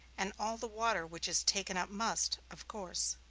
and all the water which is taken up must, of course,